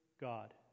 God